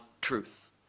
truth